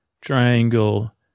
Triangle